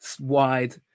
wide